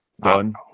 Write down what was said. done